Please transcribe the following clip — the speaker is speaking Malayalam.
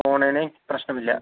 പോകുന്നതിന് പ്രശ്നമില്ല